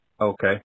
Okay